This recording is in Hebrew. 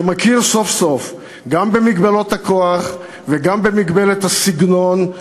שמכיר סוף-סוף גם במגבלות הכוח וגם במגבלת הסגנון,